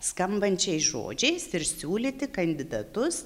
skambančiais žodžiais ir siūlyti kandidatus